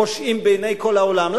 פושעים בעיני כל העולם.